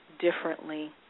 differently